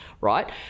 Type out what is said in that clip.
right